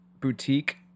boutique